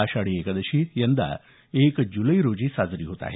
आषाढी एकादशी यंदा एक जुलै रोजी साजरी होत आहे